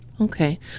Okay